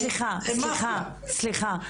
סליחה.